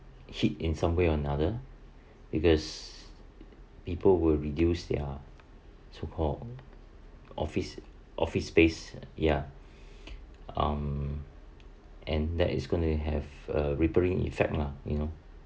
hit in some way or another because people will reduce their so called office office space ya um and that is going to have a rippling effect mah you know